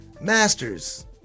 masters